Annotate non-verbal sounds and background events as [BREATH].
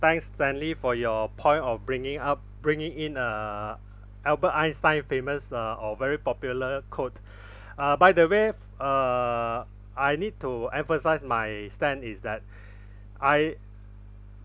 thanks stanley for your point of bringing up bringing in uh albert einstein famous uh or very popular quote [BREATH] uh by the way f~ uh I need to emphasise my stand is that [BREATH] I